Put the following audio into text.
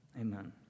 Amen